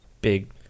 big